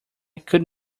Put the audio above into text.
could